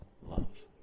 love